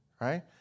right